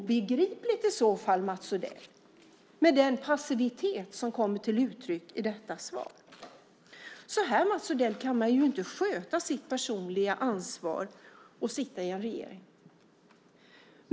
I så fall, Mats Odell, är den passivitet obegriplig som kommer till uttryck i svaret här i dag. Så här kan man inte, Mats Odell, sköta sitt ansvar i en regering!